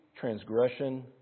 transgression